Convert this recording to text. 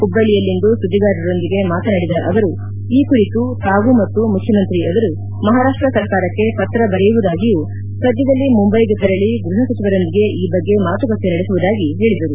ಹುಬ್ಬಳ್ಳಿಯಲ್ಲಿಂದು ಸುದ್ದಿಗಾರರೊಂದಿಗೆ ಮಾತನಾಡಿದ ಅವರು ಈ ಕುರಿತು ತಾವು ಮತ್ತು ಮುಖ್ಯಮಂತ್ರಿ ಅವರು ಮಹಾರಾಷ್ಷ ಸರ್ಕಾರಕ್ಕೆ ಪತ್ರ ಬರೆಯುವುದಾಗಿಯೂ ಸದ್ದದಲ್ಲೇ ಮುಂಬೈಗೆ ತೆರಳಿ ಗೃಹ ಸಚಿವರೊಂದಿಗೆ ಈ ಬಗ್ಗೆ ಮಾತುಕತೆ ನಡೆಸುವುದಾಗಿ ಹೇಳಿದರು